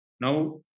Now